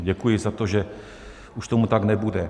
Děkuji za to, že už tomu tak nebude.